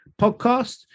podcast